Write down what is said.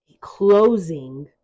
closing